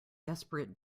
desperate